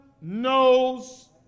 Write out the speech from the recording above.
knows